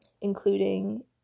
including